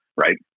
right